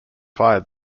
fired